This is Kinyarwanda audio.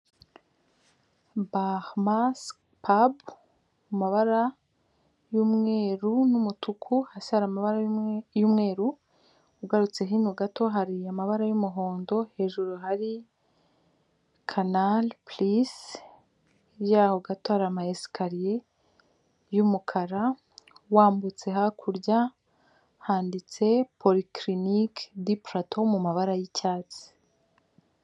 Bahamas pub mu mabara y'umweru n'umutuku, hasi hari amabara y'umweru, ugarutse hino gato hari amabara y'umuhondo, hejuru hari canal +, yaho gato hari ama esikariye y'umukara, wambutse hakurya handitse polclinic de plato mu mabara y'icyatsi.